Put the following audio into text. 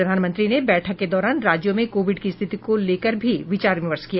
प्रधानमंत्री ने बैठक के दौरान राज्यों में कोविड की स्थिति को लेकर भी विचार विमर्श किया